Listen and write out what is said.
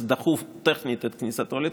דחו טכנית את כניסתו לתוקף,